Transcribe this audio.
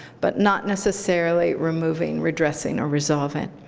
but not necessarily removing, redressing, or resolving.